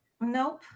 Nope